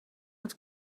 het